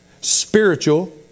spiritual